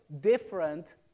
different